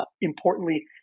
importantly